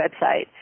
website